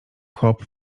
hop